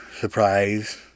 surprise